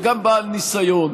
וגם בעל ניסיון,